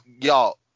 Y'all